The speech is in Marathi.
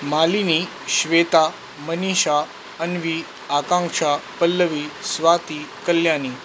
मालिनी श्वेता मनीषा अन्वी आकांक्षा पल्लवी स्वाती कल्यानी